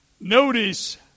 Notice